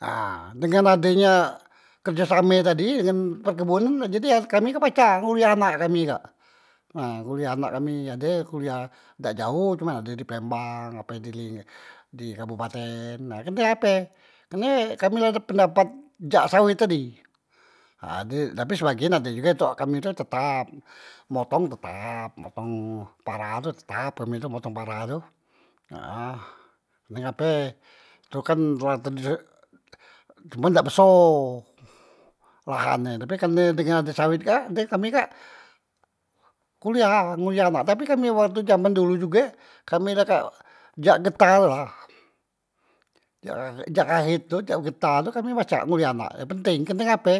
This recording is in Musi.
Ha dengan adenya kerjasame tadi dengan perkebunan jadi kami kak pacak nguliah anak kami kak, nguliah anak kami ade yang dak jaoh ade plembang, ape di ling di kabupaten, nah kerne ape kerne kami la ade pendapat jak sawet tadi ha di tapi sebagian ade juge ntok kami tu tetap motong tetap, motong para tu tetap kami tu motong para tu, nah karne ngape tu kan la te cuman dak beso lahan e, tapi karne dengan ade sawet kak jadi kami kak kuliah, nguliah anak, tapi kami waktu jaman dulu juge, kami la kak jak getah tu lah, jak ngahet tu jak getah tu kami macak nguliah anak yang penteng, karne ngape